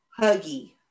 huggy